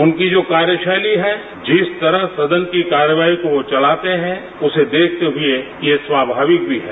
उनकी जो कार्यशैली है जिस तरह सदन की कार्रवाई को वो चलाते हैं उसे देखते हुए ये स्वामाविक भी है